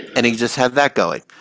and he just had that going,